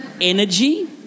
energy